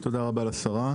תודה רבה לשרה.